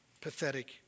pathetic